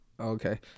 okay